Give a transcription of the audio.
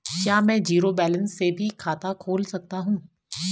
क्या में zero balance से भी खाता खोल सकता हूँ?